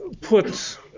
put